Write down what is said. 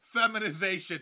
feminization